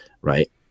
right